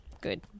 Good